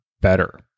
better